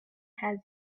has